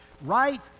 right